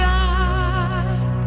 God